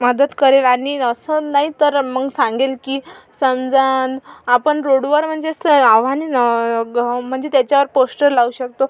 मदत करेल आणि असं नाही तर मग सांगेल की समजा न आपण रोडवर म्हणजे स आव्हाने ग म्हणजे त्याच्यावर पोस्टर लावू शकतो